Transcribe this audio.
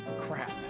Crap